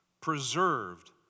preserved